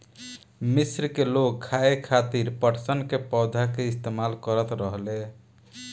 मिस्र के लोग खाये खातिर पटसन के पौधा के इस्तेमाल करत रहले